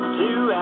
two